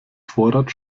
vorrat